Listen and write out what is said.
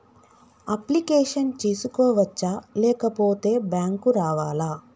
Application చేసుకోవచ్చా లేకపోతే bank రావాలా?